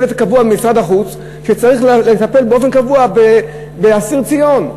צוות קבוע במשרד החוץ צריך לטפל באופן קבוע באסיר ציון,